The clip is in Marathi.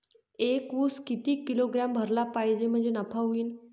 एक उस किती किलोग्रॅम भरला पाहिजे म्हणजे नफा होईन?